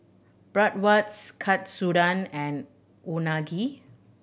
Bratwurst Katsudon and Unagi